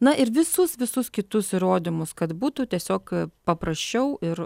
na ir visus visus kitus įrodymus kad būtų tiesiog paprasčiau ir